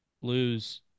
lose –